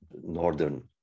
northern